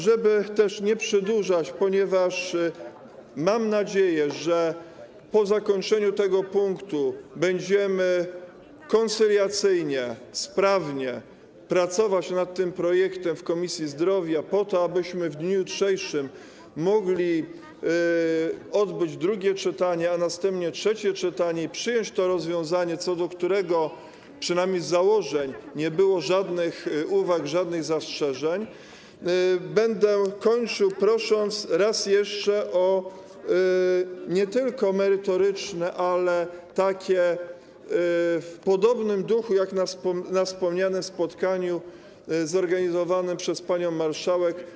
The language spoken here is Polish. Żeby też nie przedłużać, ponieważ mam nadzieję, że po zakończeniu tego punktu będziemy koncyliacyjnie, sprawnie pracować nad tym projektem w Komisji Zdrowia po to, abyśmy w dniu jutrzejszym mogli odbyć drugie czytanie, a następnie trzecie czytanie i przyjąć to rozwiązanie, co do którego, przynajmniej z założeń, nie było żadnych uwag, żadnych zastrzeżeń, będę kończył, prosząc raz jeszcze o procedowanie nad tą ustawą nie tylko merytoryczne, ale także takie w podobnym duchu jak na wspomnianym spotkaniu zorganizowanym przez panią marszałek.